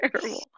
terrible